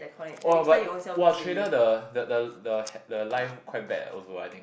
!wah! but !wah! trader the the the the he~ the life quite bad also ah I think